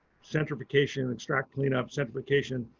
centrifugation and extract cleanup centrifugation,